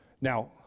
Now